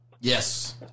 Yes